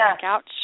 couch